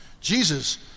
Jesus